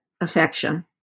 affection